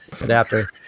adapter